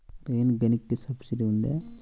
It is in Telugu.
రైన్ గన్కి సబ్సిడీ ఉందా?